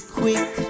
quick